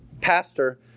pastor